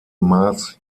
maß